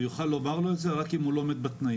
הוא יוכל לומר לו את זה רק אם הוא לא עומד בקריטריונים.